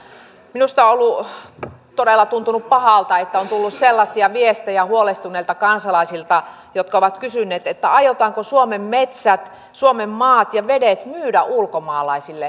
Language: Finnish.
minusta on todella tuntunut pahalta että huolestuneilta kansalaisilta on tullut sellaisia viestejä joissa on kysytty että aiotaanko suomen metsät maat ja vedet myydä ulkomaalaisille